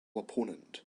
opponent